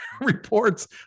reports